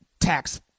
tax